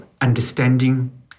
understanding